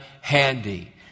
handy